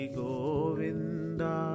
govinda